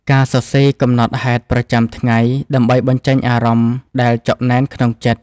ការសរសេរកំណត់ហេតុប្រចាំថ្ងៃ ដើម្បីបញ្ចេញអារម្មណ៍ដែលចុកណែនក្នុងចិត្ត។